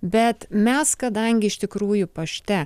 bet mes kadangi iš tikrųjų pašte